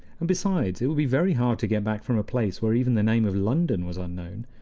and, besides, it would be very hard to get back from a place where even the name of london was unknown.